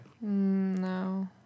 no